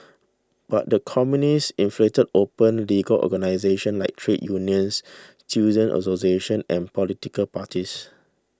but the Communists infiltrated open legal organisations like trade unions student associations and political parties